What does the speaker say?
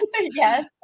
Yes